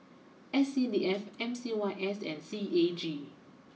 S C D F M C Y S and C A G